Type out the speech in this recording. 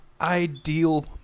ideal